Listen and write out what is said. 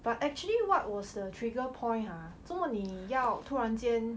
but actually what was the trigger point !huh! 做么你要突然间